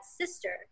sister